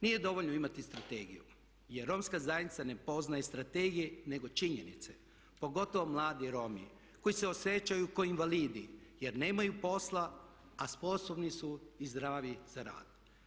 Nije dovoljno imati strategiju jer romska zajednica ne poznaje strategije, nego činjenice pogotovo mladi Romi koji se osjećaju kao invalidi jer nemaju posla, a sposobni su i zdravi za rad.